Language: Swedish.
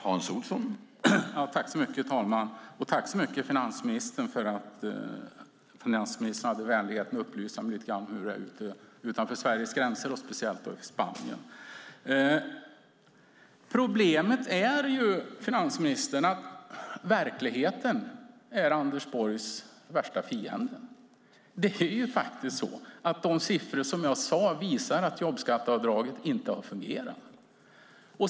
Herr talman! Tack så mycket, finansministern, för att finansministern hade vänligheten att upplysa mig lite grann om hur det är utanför Sveriges gränser och speciellt då i Spanien. Problemet är ju att verkligheten är Anders Borgs värsta fiende. Det är faktiskt så att de siffror jag sade visar att jobbskatteavdraget inte har fungerat.